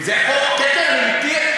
אם זה חוק, כן, אני מתיר.